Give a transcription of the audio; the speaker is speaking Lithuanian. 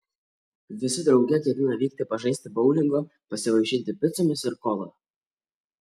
visi drauge ketina vykti pažaisti boulingo pasivaišinti picomis ir kola